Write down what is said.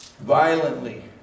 violently